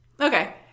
Okay